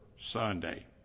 Sunday